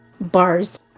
Bars